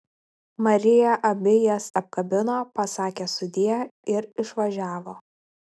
marija abi jas apkabino pasakė sudie ir išvažiavo